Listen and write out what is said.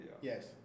yes